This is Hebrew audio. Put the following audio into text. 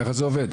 ככה זה עובד.